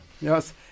Yes